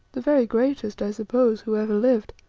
the very greatest, i suppose, who ever lived.